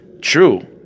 True